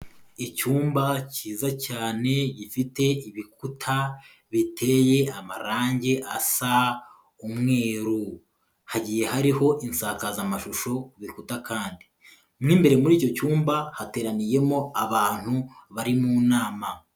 Icyumba cyiza cyane gifite ibikuta biteye amarangi asa umweru, hagiye hariho insakazamashusho ku bikuta kandi, mo imbere muri icyo cyumba hateraniyemo abantu bari mu nama.